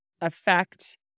affect